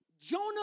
Jonah